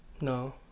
No